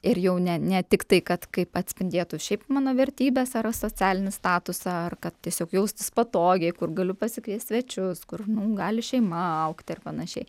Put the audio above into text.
ir jau ne ne tik tai kad kaip atspindėtų šiaip mano vertybes ar socialinį statusą ar kad tiesiog jaustis patogiai kur galiu pasikviest svečius kur nu gali šeima augti ar panašiai